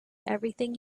everything